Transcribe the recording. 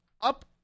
up